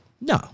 No